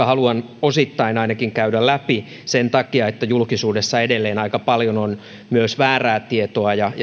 haluan ainakin osittain käydä läpi sen takia että julkisuudessa edelleen on aika paljon myös väärää tietoa ja